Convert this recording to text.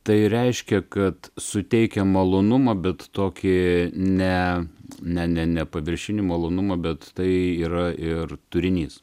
tai reiškia kad suteikia malonumą bet tokį ne ne ne nepaviršinį malonumą bet tai yra ir turinys